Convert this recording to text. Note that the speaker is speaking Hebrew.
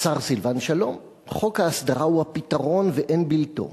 השר סילבן שלום: "חוק ההסדרה הוא הפתרון ואין בלתו",